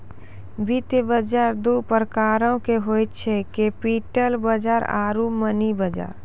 वित्त बजार दु प्रकारो के होय छै, कैपिटल बजार आरु मनी बजार